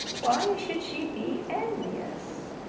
why should she be envious?